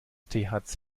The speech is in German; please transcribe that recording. thc